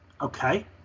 Okay